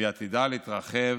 ועתידה להתרחב